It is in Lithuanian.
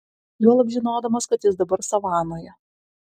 juolab žinodamas kad jis dabar savanoje